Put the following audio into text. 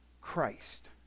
Christ